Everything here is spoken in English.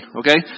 okay